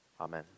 Amen